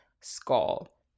skull